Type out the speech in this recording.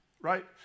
Right